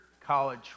College